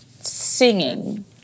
singing